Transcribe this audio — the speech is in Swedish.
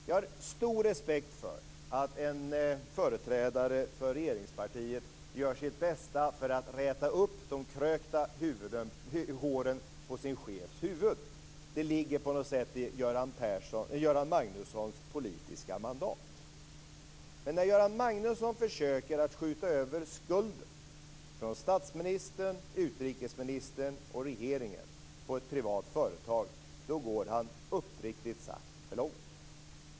Jag har stor respekt för att en företrädare för regeringspartiet gör sitt bästa för att räta upp de krökta håren på sin chefs huvud. Det ligger på något sätt i Göran Magnussons politiska mandat. Men när Göran Magnusson försöker att skjuta över skulden från statsministern, utrikesministern och regeringen på ett privat företag, då går han uppriktigt sagt för långt.